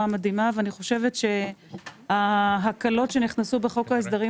מדהימה ואני חושבת שההקלות שנכנסו בחוק ההסדרים